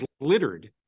littered